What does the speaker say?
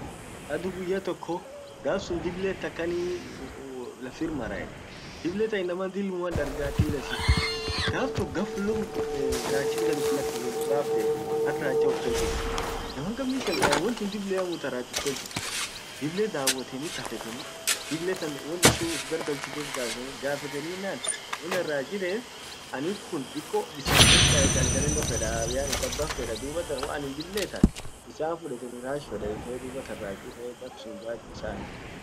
adu guyya tokko, gaf sun diblet akan laffir mara eden, dible tan inama dilmuan darga kila siku gaf tok ghaflum rachit gad uf ak racha uf cholchite, inaman gammi shangae wontun dibleamu ta rach uf tolchit tun, dible dawoteni kafeteni dible tan won ishin uf gargalchit gafeteninnan won an rach ittef aninkun dikko bisan kas gangalenno fedaa yaani kabban fedaa dubattan waan dible itay bisan an fuleteni rach feda ite dubatan rach ite.